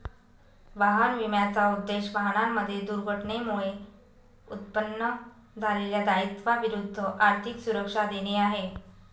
वाहन विम्याचा उद्देश, वाहनांमध्ये दुर्घटनेमुळे उत्पन्न झालेल्या दायित्वा विरुद्ध आर्थिक सुरक्षा देणे आहे